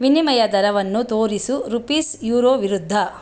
ವಿನಿಮಯ ದರವನ್ನು ತೋರಿಸು ರುಪಿಸ್ ಯುರೋ ವಿರುದ್ಧ